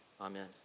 amen